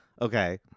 Okay